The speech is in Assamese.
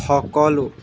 সকলো